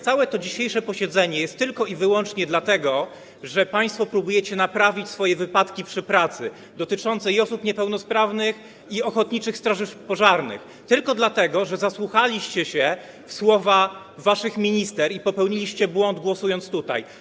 Całe to dzisiejsze posiedzenie jest tylko i wyłącznie dlatego, że państwo próbujecie naprawić swoje wypadki przy pracy dotyczące i osób niepełnosprawnych, i ochotniczych straży pożarnych - tylko dlatego, że zasłuchaliście się w słowa waszej minister i popełniliście błąd, głosując tutaj.